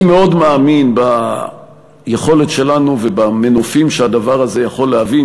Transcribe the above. אני מאוד מאמין ביכולת שלנו ובמנופים שהדבר הזה יכול להביא,